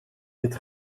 dit